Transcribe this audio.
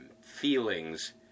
feelings